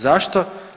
Zašto?